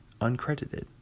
uncredited